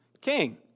king